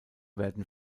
werden